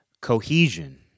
cohesion